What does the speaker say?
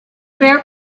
fair